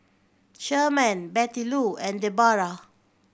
Sherman Bettylou and Debora